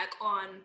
on